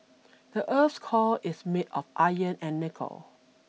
the earth's core is made of iron and nickel